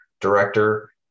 director